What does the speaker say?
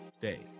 day